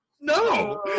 No